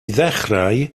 ddechrau